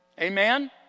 Amen